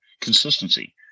consistency